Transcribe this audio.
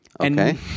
Okay